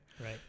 Right